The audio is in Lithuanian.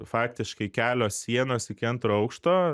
faktiškai kelios sienos iki antro aukšto